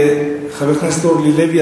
חברת הכנסת אורלי לוי,